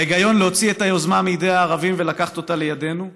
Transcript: ההיגיון להוציא את היוזמה מידי הערבים ולקחת אותה לידינו,